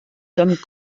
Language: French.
sommes